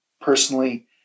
personally